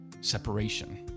separation